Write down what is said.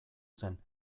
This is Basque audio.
zen